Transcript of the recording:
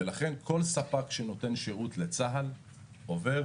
ולכן כל ספק שנותן שירות לצה"ל עובר